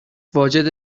واجد